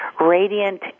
radiant